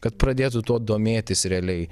kad pradėtų tuo domėtis realiai